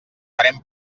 farem